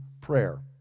prayer